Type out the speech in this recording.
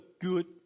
good